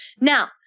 Now